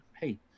hey